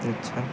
আচ্ছা